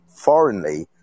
foreignly